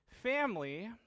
Family